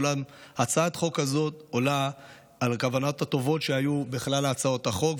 אולם הצעת החוק הזו עולה על הכוונות הטובות שהיו בכלל הצעות החוק,